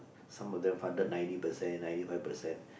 some of them funded ninety percent ninety five percent